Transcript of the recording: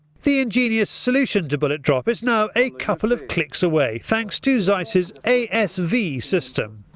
the ingenious solution to bullet drop is now a couple of clicks away, thanks to zeiss's asv system.